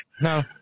No